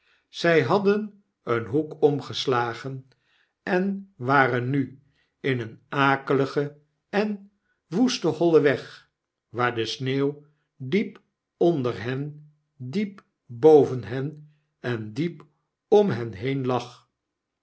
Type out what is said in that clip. zij hadden een hoek omgeslagen en waren nu in een akeligen en woesten hollen weg waar de sneeuw diep onder hen diep boven nen en diep om hen heen lag